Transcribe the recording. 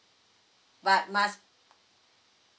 but must